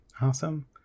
Awesome